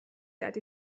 that